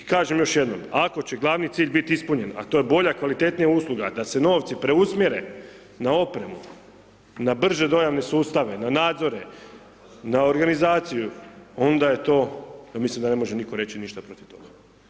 Kažem još jednom, ako će gl. cilj biti ispunjen a to je bolja kvalitetnija usluga, da se novci preusmjere na opremu, na brže dojavne sustave, na nadzore, na organizaciju, onda je to, ja mislim da ne može nitko reći ništa protiv toga.